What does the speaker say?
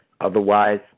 Otherwise